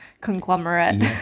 conglomerate